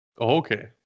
Okay